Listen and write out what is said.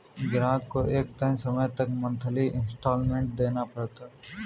ग्राहक को एक तय समय तक मंथली इंस्टॉल्मेंट देना पड़ता है